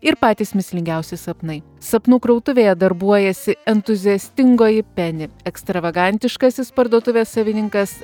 ir patys mįslingiausi sapnai sapnų krautuvėje darbuojasi entuziastingoji peni ekstravagantiškasis parduotuvės savininkas